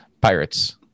pirates